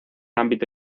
ámbito